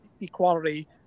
equality